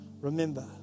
remember